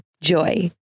Joy